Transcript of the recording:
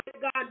God